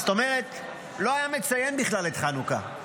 זאת אומרת לא היה מציין בכלל את חנוכה,